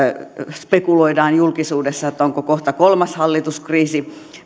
spekuloidaan julkisuudessa että onko kohta kolmas hallituskriisi